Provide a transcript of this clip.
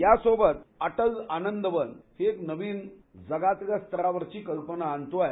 यासोबत अटल आनंदवन एक नवीन जगातल्या स्तरावरची कल्पना आणतो आहे